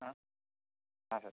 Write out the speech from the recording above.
ಹಾಂ ಹಾಂ ಸರ್